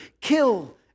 kill